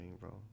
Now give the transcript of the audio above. bro